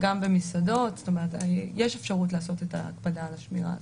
רשות האוכלוסין אכן עשתה את זה תקופה מאוד ארוכה הגבילה,